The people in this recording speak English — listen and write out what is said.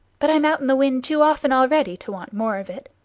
but i'm out in the wind too often already to want more of it.